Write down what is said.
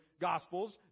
Gospels